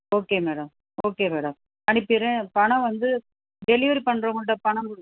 okay madam okay madam அனுப்பிடுறேன் பணம் வந்து டெலிவரி பண்ணுறவங்கள்ட்ட பணம் கொடு